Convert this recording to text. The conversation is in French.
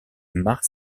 mars